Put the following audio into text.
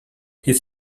his